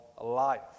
life